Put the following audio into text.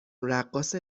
رقاص